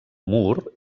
mur